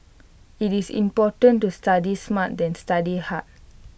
IT is important to study smart than study hard